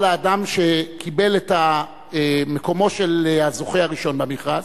האדם שקיבל את מקומו של הזוכה הראשון במכרז?